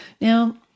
Now